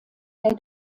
der